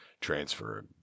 transfer